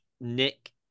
Nick